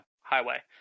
highway